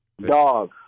Dog